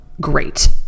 great